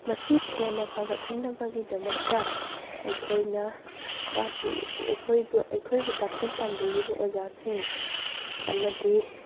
ꯃꯁꯤ ꯍꯦꯟꯅ ꯐꯒꯠꯍꯟꯅꯕꯒꯤꯗꯃꯛꯇ ꯑꯩꯈꯣꯏꯅ ꯇꯥꯛꯂꯤ ꯑꯩꯈꯣꯏꯕꯨ ꯑꯩꯈꯣꯏꯕꯨ ꯇꯥꯛꯄꯤ ꯇꯝꯕꯤꯔꯤꯕ ꯑꯣꯖꯥꯁꯤꯡ ꯑꯃꯗꯤ